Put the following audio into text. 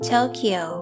Tokyo